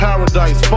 Paradise